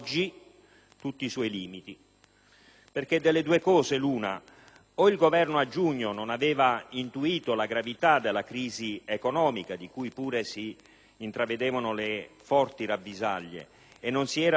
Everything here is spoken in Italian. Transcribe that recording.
perché delle due cose l'una: o il Governo a giugno non aveva intuito la gravità della crisi economica di cui pure si intravedevano le forti avvisaglie e non si era preparato a parlarne i colpi,